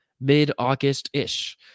Mid-August-ish